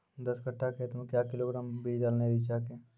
दस कट्ठा खेत मे क्या किलोग्राम बीज डालने रिचा के?